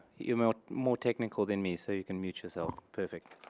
you're more technical than me, so you can mute yourself. perfect.